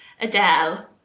Adele